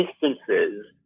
instances